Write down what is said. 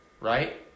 Right